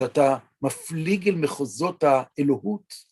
אתה מפליג אל מחוזות האלוהות.